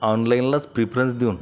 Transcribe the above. ऑनलाईनलाच preference देऊन